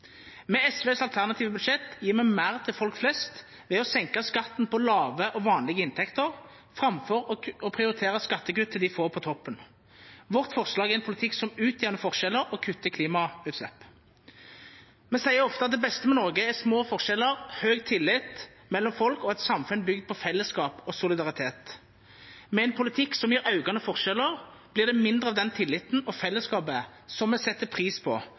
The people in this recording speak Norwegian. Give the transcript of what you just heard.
Med SVs alternative budsjett gir vi mer til folk flest ved å senke skatten på lave og vanlige inntekter framfor å prioritere skattekutt til de få på toppen. Vårt forslag er en politikk som utjevner forskjeller og kutter i klimagassutslipp. Vi sier ofte at det beste med Norge er små forskjeller, høy tillit mellom folk og et samfunn bygd på fellesskap og solidaritet. Med en politikk som gir økende forskjeller, blir det mindre av den tilliten og fellesskapet som vi setter pris på,